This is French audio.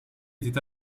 était